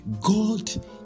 God